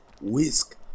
whisk